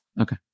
Okay